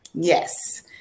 Yes